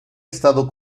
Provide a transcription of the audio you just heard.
estado